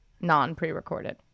non-pre-recorded